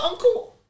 Uncle